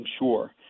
sure